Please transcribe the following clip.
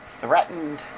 threatened